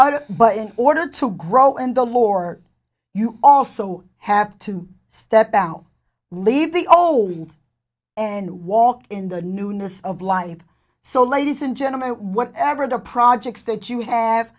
other but in order to grow in the more you also have to step out leave the old and walk in the newness of life so ladies and gentlemen whatever the projects that you have